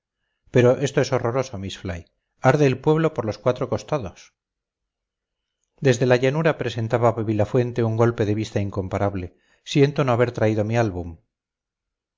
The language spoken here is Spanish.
pero esto es horroroso miss fly arde el pueblo por los cuatro costados desde la llanura presenta babilafuente un golpe de vista incomparable siento no haber traído mi álbum